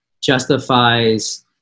justifies